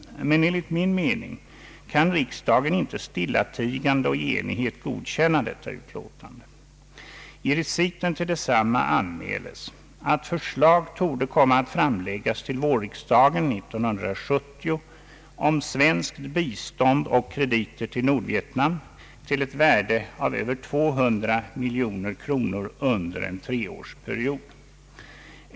Enligt min mening kan emellertid inte riksdagen stillatigande och i enighet godkänna detta utlåtande. I reciten till detsamma anmäles att förslag torde komma att framläggas till vårriksdagen 1970 om svenskt bistånd och krediter till Nordvietnam till ett värde av över 200 miljoner kronor under en treårsperiod.